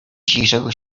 dzisiejszego